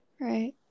Right